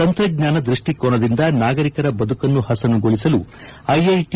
ತಂತ್ರಜ್ಞಾನ ದೃಷ್ಟಿಕೋನದಿಂದ ನಾಗರಿಕರ ಬದುಕನ್ನು ಪಸನುಗೊಳಿಸಲು ಐಐಟಿ